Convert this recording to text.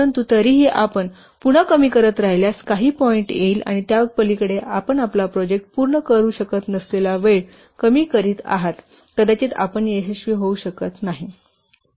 परंतु तरीही आपण पुन्हा कमी करत राहिल्यास काही पॉईंट येईल आणि त्यापलीकडे आपण आपला प्रोजेक्ट पूर्ण करू शकत नसलेला वेळ कमी करीत आहात कदाचित आपण यशस्वी होऊ शकत नाही